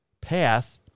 path